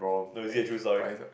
no is it a true story